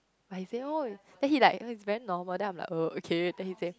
but he say !oi! then he like it's very normal then I'm like uh okay then he say